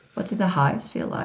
what did the hives feel